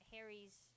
Harry's